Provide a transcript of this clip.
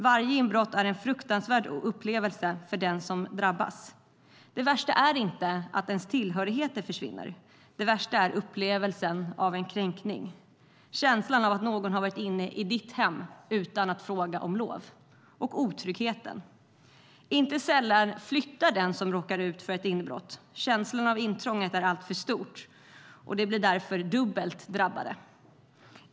Varje inbrott är en fruktansvärd upplevelse för den som drabbas. Det värsta är inte att ens tillhörigheter försvinner. Det värsta är upplevelsen av kränkning, känslan av att någon har varit inne i ens hem utan att fråga om lov, otryggheten. Inte sällan flyttar den som råkar ut för ett inbrott - känslan av intrång är alltför stor - och blir därmed dubbelt drabbad.